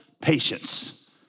patience